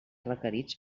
requerits